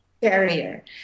barrier